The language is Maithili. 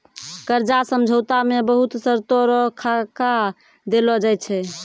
कर्जा समझौता मे बहुत शर्तो रो खाका देलो जाय छै